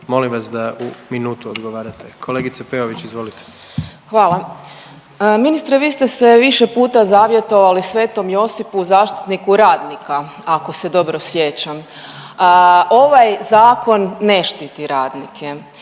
Molim vas da u minutu odgovarate. Kolegice Peović, izvolite. **Peović, Katarina (RF)** Hvala. Ministre, vi šte se više puta zavjetovali sv. Josipu, zaštitniku radnika, ako se dobro sjećam. Ovaj Zakon ne štiti radnike.